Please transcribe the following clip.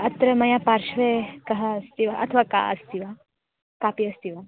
अत्र मया पार्श्वे कः अस्ति वा अथवा का अस्ति वा कापि अस्ति वा